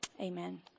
amen